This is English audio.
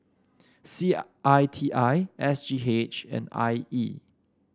C I T I S G H and I E